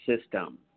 System